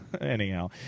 Anyhow